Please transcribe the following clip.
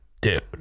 dude